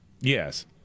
Yes